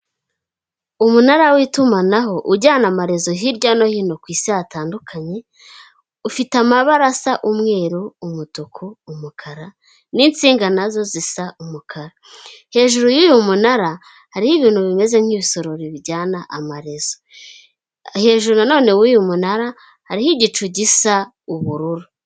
Umunara w'itumanaho ujyana amarezo hirya no hino ku Isi hatandukanye, ufite amabarasa umweru, umutuku, umukara n'insinga nazo zisa umukara, hejuru y'uyu munara hariho ibintu bimeze nk'ibisorori bijyana amarezo, hejuru na none w'uyu munara hariho igicu gisa ubururu.